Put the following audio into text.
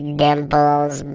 dimples